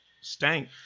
Stank